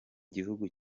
gihugu